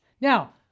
Now